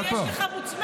לא, אבל יש לך מוצמדת.